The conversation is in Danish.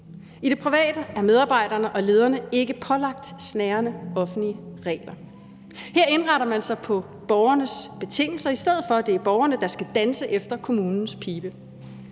I det private er medarbejderne og lederne ikke pålagt snærende offentlige regler. Her indretter man sig på borgernes betingelser, i stedet for at det er borgerne, der skal danse efter kommunens pibe.